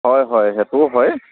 হয় হয় সেইটোও হয়